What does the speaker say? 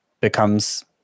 becomes